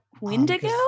Windigo